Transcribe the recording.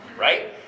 right